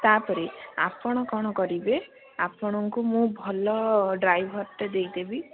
ତା ପରେ ଆପଣ କ'ଣ କରିବେ ଆପଣଙ୍କୁ ମୁଁ ଭଲ ଡ୍ରାଇଭରଟେ ଦେଇଦେବି